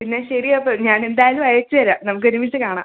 പിന്നെ ശരി അപ്പം ഞാൻ എന്തായാലും അയച്ചു തരാം നമുക്കൊരുമിച്ച് കാണാം